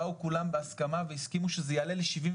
באו כולם בהסכמה והסכימו שזה יעלה ל-75%.